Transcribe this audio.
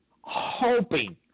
hoping